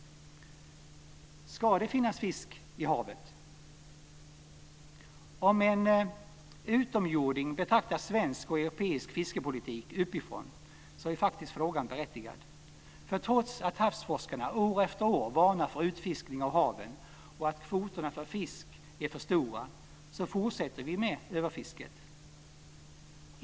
Ska det finnas fisk i havet? För en utomjording som skulle betrakta svensk och europeisk fiskepolitik uppifrån skulle frågan faktiskt vara berättigad. För trots att havsforskarna år efter år varnar för utfiskning av haven och kvoterna för fisk är för stora fortsätter vi med överfisket.